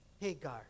Hagar